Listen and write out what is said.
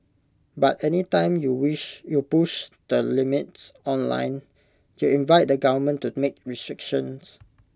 but any time you wish you push the limits online you invite the government to make restrictions